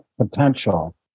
potential